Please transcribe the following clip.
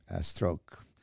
stroke